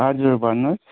हजुर भन्नुहोस्